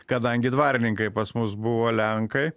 kadangi dvarininkai pas mus buvo lenkai